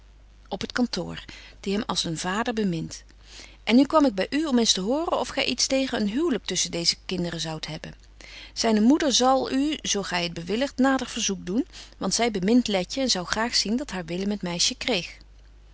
op t kantoor die hem als een vader bemint en nu kwam ik by u om eens te horen of gy iets tegen een huwlyk tusschen deeze kinderen zoudt hebben zyne moeder zal u zo gy het bewilligt nader verzoek doen want zy bemint letje en zou graag zien dat haar willem het meisje kreeg